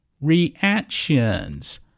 reactions